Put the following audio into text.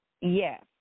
Yes